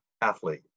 athlete